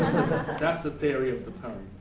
that's the theory of the poem.